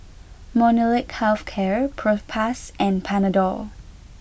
Molnylcke Health Care Propass and Panadol